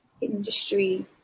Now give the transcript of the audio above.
industry